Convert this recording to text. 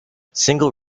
single